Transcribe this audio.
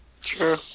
Sure